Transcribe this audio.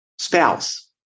Spouse